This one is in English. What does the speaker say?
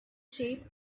shape